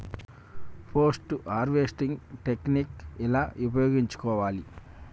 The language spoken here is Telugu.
పోస్ట్ హార్వెస్టింగ్ టెక్నిక్ ఎలా ఉపయోగించుకోవాలి?